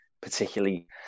particularly